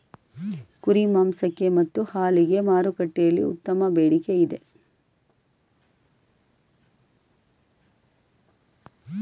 ಕುರಿ ಮಾಂಸಕ್ಕೆ ಮತ್ತು ಹಾಲಿಗೆ ಮಾರುಕಟ್ಟೆಯಲ್ಲಿ ಉತ್ತಮ ಬೇಡಿಕೆ ಇದೆ